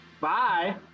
bye